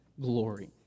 glory